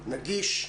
נגיש.